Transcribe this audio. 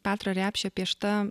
petro repšio piešta